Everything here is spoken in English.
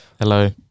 Hello